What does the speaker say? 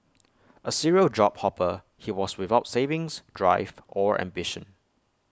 A serial job hopper he was without savings drive or ambition